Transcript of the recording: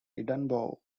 edinburgh